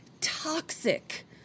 toxic